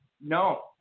no